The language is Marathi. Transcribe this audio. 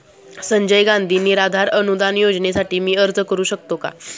संजय गांधी निराधार अनुदान योजनेसाठी मी अर्ज करू शकतो का?